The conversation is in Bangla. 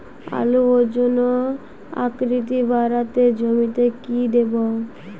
আলুর ওজন ও আকৃতি বাড়াতে জমিতে কি দেবো?